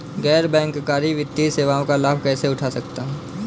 गैर बैंककारी वित्तीय सेवाओं का लाभ कैसे उठा सकता हूँ?